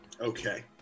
Okay